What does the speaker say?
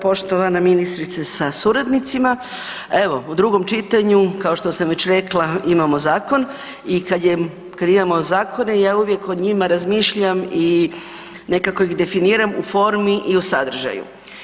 Poštovana ministrice sa suradnicima evo u drugom čitanju kao što sam već rekla imamo zakon i kad je, kad imamo zakone ja uvijek o njima razmišljam i nekako ih definiram u formi i u sadržaju.